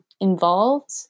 involved